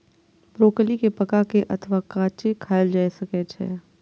broccoli कें पका के अथवा कांचे खाएल जा सकै छै